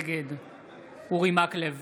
נגד אורי מקלב,